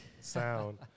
sound